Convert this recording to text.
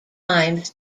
times